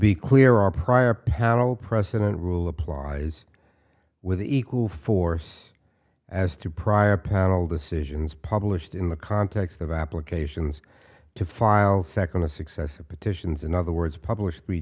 be clear our prior panel precedent rule applies with equal force as to prior panel decisions published in the context of applications to file second a successor petitions in other words published three